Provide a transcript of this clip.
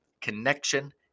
connection